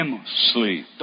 sleep